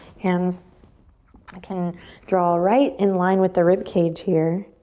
hands can draw right in line with the rib cage here.